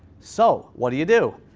so, what do you do?